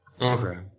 Okay